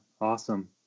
awesome